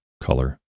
color